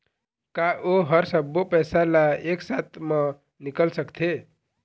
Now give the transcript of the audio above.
का ओ हर सब्बो पैसा ला एक साथ म निकल सकथे?